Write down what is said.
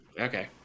Okay